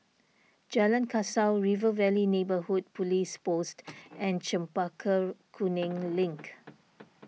Jalan Kasau River Valley Neighbourhood Police Post and Chempaka Kuning Link